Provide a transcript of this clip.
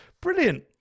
Brilliant